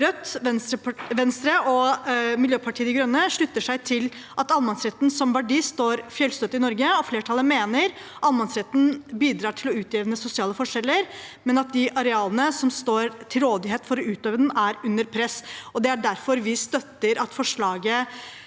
Rødt, Venstre og Miljøpartiet De Grønne, slutter seg til at allemannsretten som verdi står fjellstøtt i Norge. Flertallet mener allemannsretten bidrar til å utjevne sosiale forskjeller, men at de arealene som står til rådighet for å utøve den, er under press. Det er derfor vi støtter at forslaget